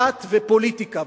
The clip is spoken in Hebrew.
דת ופוליטיקה.